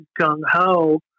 gung-ho